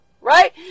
right